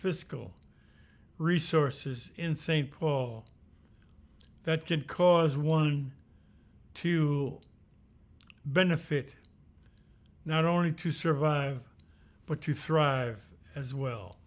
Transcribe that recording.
physical resources in st paul that can cause one to benefit not only to survive but to thrive as well